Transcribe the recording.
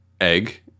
egg